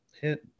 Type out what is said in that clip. hit